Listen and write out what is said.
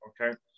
okay